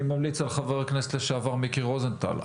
אני ממליץ על חבר הכנסת לשעבר מיקי רוזנטל,